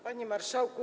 Panie Marszałku!